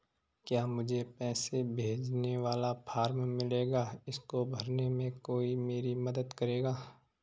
क्या मुझे पैसे भेजने वाला फॉर्म मिलेगा इसको भरने में कोई मेरी मदद करेगा?